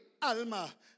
alma